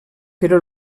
però